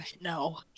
no